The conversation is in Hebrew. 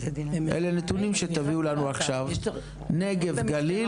אלו נתונים שתביאו לנו עכשיו, נגב גליל